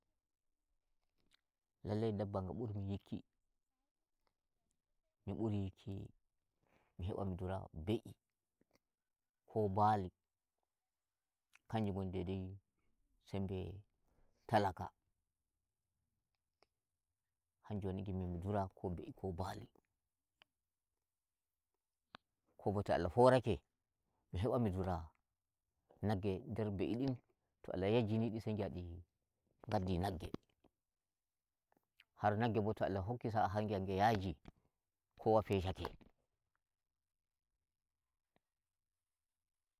Lallai dabba nga burmi yikki, mi buri yikki mi heba mi ndura be'i ko bali kanje woni dedei sembe talaka, hanjum woni ngimmi mi ndura ko be'i ko bali. Ko bo to Allah horake mi heba mi ndura nagge nder be'i din to Allah yajjini di sai ngi'adi gaddi nagge, har nagge bo to Allah hokki sa'a har ngi'a nge yaji kowa fesha ke.